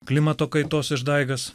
klimato kaitos išdaigas